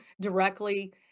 directly